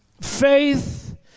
Faith